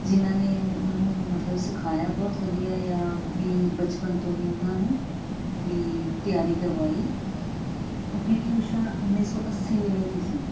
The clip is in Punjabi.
ਜਿਹਨਾਂ ਨੇ ਉਹਨੂੰ ਮਤਲਬ ਸਿਖਾਇਆ ਬਹੁਤ ਵਧੀਆ ਜਾਂ ਵੀ ਬਚਪਨ ਤੋਂ ਹੀ ਉਹਨਾਂ ਨੂੰ ਵੀ ਤਿਆਰੀ ਕਰਵਾਈ ਪੀਟੀ ਊਸ਼ਾ ਉੱਨੀ ਸੌ ਅੱਸੀ ਵੇਲੇ ਦੀ ਸੀ